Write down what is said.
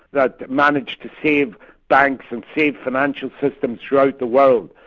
that managed to save banks and save financial systems throughout the world,